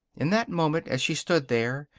in that moment, as she stood there,